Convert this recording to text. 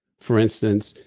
for instance,